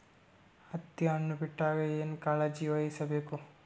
ಹತ್ತಿ ಹಣ್ಣು ಬಿಟ್ಟಾಗ ಏನ ಕಾಳಜಿ ವಹಿಸ ಬೇಕು?